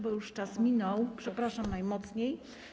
Bo już czas minął, przepraszam najmocniej.